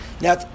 Now